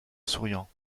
souriant